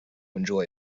enjoy